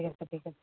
ঠিক আছে ঠিক আছে